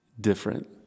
different